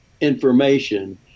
information